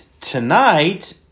tonight